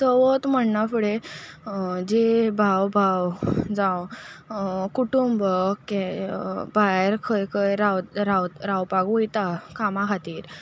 चवथ म्हणना फुडें जे भाव भाव जावं कुटुंब भायर खंय खंय राव राव रावपाक वयता कामा खातीर